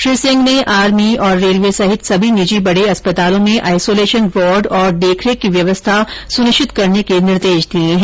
श्री सिंह ने army railway सहित सभी निजी बडे अस्पतालों में आईसोलेशन वार्ड और देखरेख की व्यवस्था सुनिश्चित करने के निर्देश दिए है